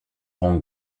rends